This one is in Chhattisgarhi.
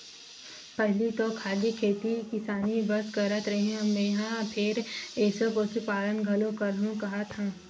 पहिली तो खाली खेती किसानी बस करत रेहे हँव मेंहा फेर एसो पसुपालन घलोक करहूं काहत हंव